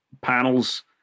panels